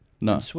No